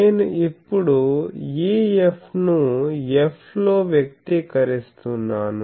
నేను ఇప్పుడు EF ను F లో వ్వ్యక్తీకరిస్తున్నాను